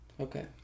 Okay